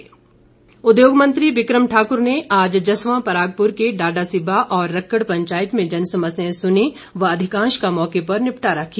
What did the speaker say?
बि क्र म ठाक्र उद्योग मंत्री बि क्र म ठाकुर ने आज जसवां परागपुर के डाडासीबा और रक्कड़ पंचायत में जनसमस्याएं सुनी और अधिकांश का मौके पर निपटारा किया